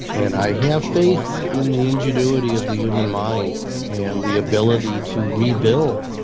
and i have faith in the ingenuity of the human mind and the ability to rebuild,